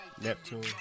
Neptune